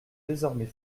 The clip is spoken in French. désormais